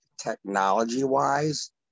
technology-wise